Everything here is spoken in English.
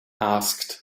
asked